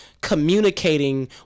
communicating